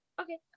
Okay